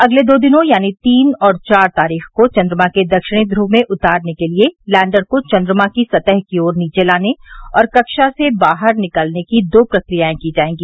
अगले दो दिनों यानी तीन और चार तारीख को चंद्रमा के दक्षिणी ध्रव क्षेत्र में उतारने के लिए लैण्डर को चंद्रमा की सतह की ओर नीचे लाने और कक्षा से बाहर निकालने की दो प्रक्रियाए की जाएगी